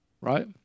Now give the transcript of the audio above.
right